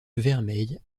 vermeille